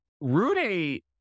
rudy